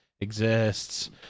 exists